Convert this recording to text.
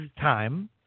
time